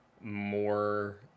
more